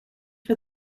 for